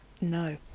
No